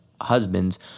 husbands